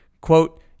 Quote